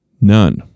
None